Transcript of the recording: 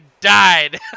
died